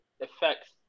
affects